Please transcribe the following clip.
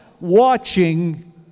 watching